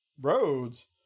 roads